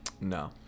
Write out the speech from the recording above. No